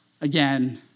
again